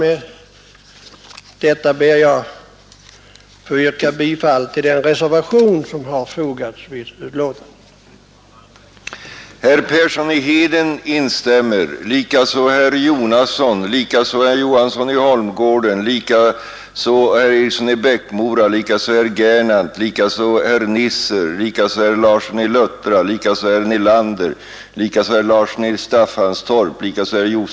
Med detta ber jag att få yrka bifall till den reservation som har fogats vid utskottets betänkande.